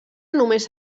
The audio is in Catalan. només